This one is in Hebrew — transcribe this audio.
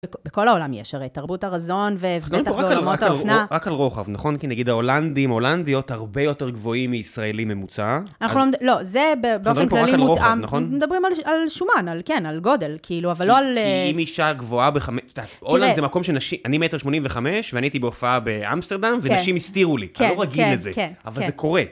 בכל העולם יש הרי, תרבות הרזון, ובטח בעולמות האופנה. רק על רוחב, נכון? כי נגיד ההולנדים, הולנדיות הרבה יותר גבוהים מישראלי ממוצע. אנחנו לא... לא, זה באופן כללי מותאם. אבל פה רק על רוחב, נכון? מדברים על שומן, על כן, על גודל, כאילו, אבל לא על... כי אם אישה גבוהה בחמש... תראה. הולנד זה מקום שנשים... אני 1.85 מטר, ואני הייתי בהופעה באמסטרדם, ונשים הסתירו לי. כן. כן. כן. כן. כן. כן. אבל זה קורה.